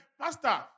Pastor